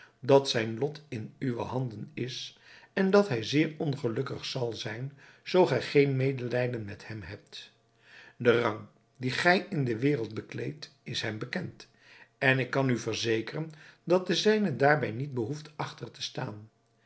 dat zijn lot in uwe handen is en dat hij zeer ongelukkig zal zijn zoo gij geen medelijden met hem hebt de rang dien gij in de wereld bekleedt is hem bekend en ik kan u verzekeren dat de zijne daarbij niet behoeft achter te staan